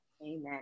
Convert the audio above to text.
amen